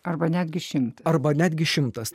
arba netgi šimtas arba netgi šimtas